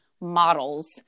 models